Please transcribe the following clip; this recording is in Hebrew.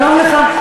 שלום לך.